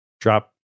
drop